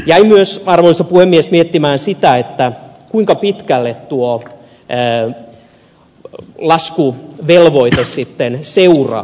jäin myös arvoisa puhemies miettimään sitä kuinka pitkälle tuo laskuvelvoite sitten seuraa